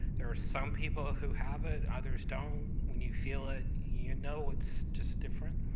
there are some people who have it, others don't. when you feel it, you know it's just different.